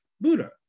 Buddha